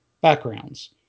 backgrounds